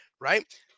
Right